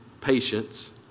patience